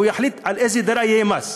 הוא יחליט על איזו דירה יהיה מס.